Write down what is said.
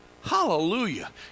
Hallelujah